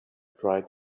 tried